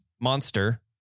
monster